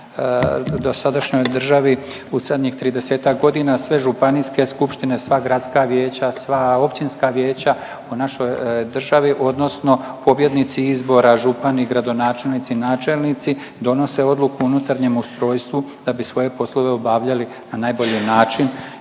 dosadašnjoj državi u zadnjih 30-ak godina, sve županijske skupštine, sva gradska vijeća, sva općinska vijeća u našoj državi odnosno pobjednici izbora župani, gradonačelnici, načelnici donose odluku o unutarnjem ustrojstvu da bi svoje poslove obavljali na najbolji način